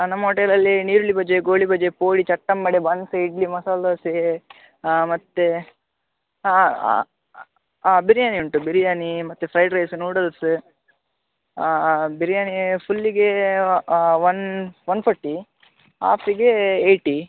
ನಮ್ಮ ಓಟೆಲಲ್ಲಿ ನೀರುಳ್ಳಿ ಬಜೆ ಗೋಳಿಬಜೆ ಪೋಡಿ ಚಟ್ಟಂಬಡೆ ಬನ್ಸ್ ಇಡ್ಲಿ ಮಸಾಲೆ ದೋಸೆ ಮತ್ತೆ ಬಿರಿಯಾನಿ ಉಂಟು ಬಿರಿಯಾನಿ ಮತ್ತೆ ಫ್ರೈಡ್ ರೈಸ್ ನೂಡಲ್ಸ್ ಬಿರಿಯಾನಿ ಫುಲ್ಲಿಗೆ ಒನ್ ಒನ್ ಫಾರ್ಟಿ ಆಫಿಗೆ ಏಯ್ಟಿ